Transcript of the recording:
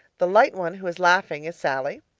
the light one who is laughing is sallie,